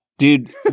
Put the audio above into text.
Dude